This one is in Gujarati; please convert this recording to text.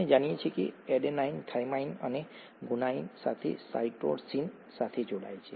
આપણે જાણીએ છીએ કે એડેનાઇન થાઇમાઇન અને ગુઆનિન સાથે સાયટોસિન સાથે જોડાય છે